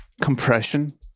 Compression